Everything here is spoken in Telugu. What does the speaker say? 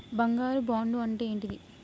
బంగారు బాండు అంటే ఏంటిది?